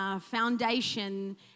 foundation